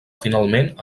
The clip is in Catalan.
finalment